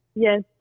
yes